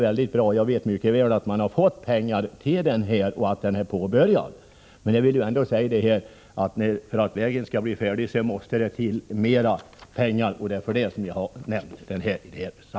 Jag vet mycket väl att anslag har getts till detta vägbygge och att det har påbörjats. Det är bra. Men för att vägen skall kunna bli färdig måste det till mera pengar, vilket jag velat påpeka.